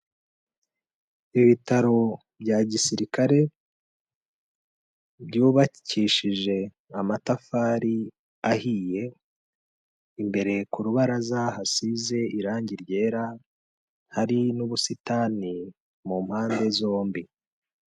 Ibitaro bya gisirikare byubakishije amatafari ahiye, imbere ku rubaraza hasize irange ryera hari n'ubusitani mu mpande zombi.